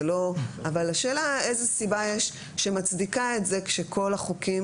אבל השאלה איזה סיבה יש שמצדיקה את זה כשכל החוקים